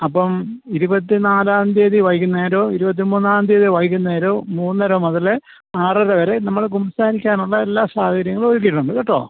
അപ്പം ഇരുപത്തിനാലാം തീയ്യതി വൈകുന്നേരമോ ഇരുപത്തിമൂന്നാം തീയ്യതി വൈകുന്നേരമോ മൂന്നര മുതൽ ആറര വരെ നമ്മൾ കുമ്പസാരിക്കാനുള്ള എല്ലാ സാഹചര്യങ്ങളും ഒരുക്കിയിട്ടുണ്ട് കേട്ടോ